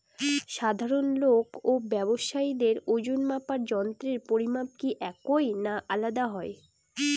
সাধারণ লোক ও ব্যাবসায়ীদের ওজনমাপার যন্ত্রের পরিমাপ কি একই না আলাদা হয়?